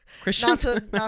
Christian